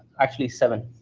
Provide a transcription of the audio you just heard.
actually, seven.